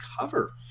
cover